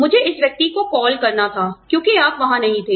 मुझे इस व्यक्ति को कॉल करना था क्योंकि आप वहां नहीं थे